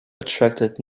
attracted